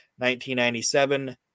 1997